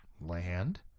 land